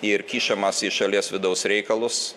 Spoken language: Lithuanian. ir kišamasi į šalies vidaus reikalus